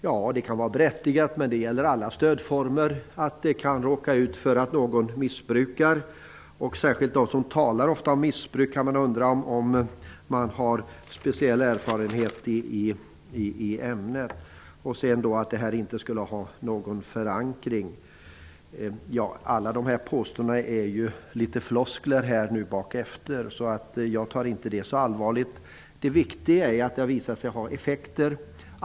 Ja, en sådan varning kan vara berättigad. Men det gäller då alla stödformer. Man kan ju råka ut för att någon missbrukar det här systemet. Men man kan undra om särskilt de som ofta talar om missbruk har speciell erfarenhet i ämnet. Vidare skulle det saknas en förankring här. Alla dessa påståenden är något av floskler i efterhand. Jag tar dem därför inte särskilt allvarligt. Det viktiga är att det här instrumentet har visat sig ha effekter.